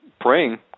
praying